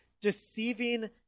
deceiving